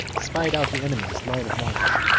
spied out the enemy's line of march.